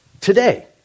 today